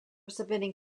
submitting